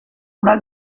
una